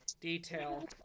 detail